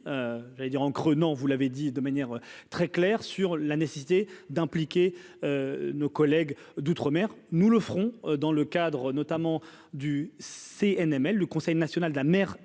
j'allais dire en creux non vous l'avez dit de manière très claire sur la nécessité d'impliquer nos collègues d'outre-mer, nous le ferons dans le cadre notamment du CNM, elle le Conseil national de la mer et